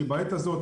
שבעת הזאת,